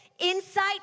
insight